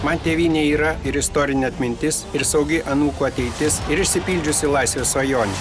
man tėvynė yra ir istorinė atmintis ir saugi anūkų ateitis ir išsipildžiusi laisvės svajonė